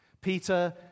Peter